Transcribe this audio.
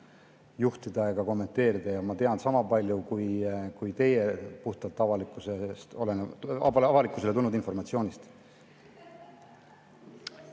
juhtida ega kommenteerida. Ma tean sama palju kui teie puhtalt avalikkuse ette tulnud informatsiooni